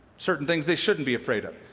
certain things that shouldn't be afraid of.